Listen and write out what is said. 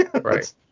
Right